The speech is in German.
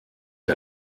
der